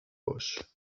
bush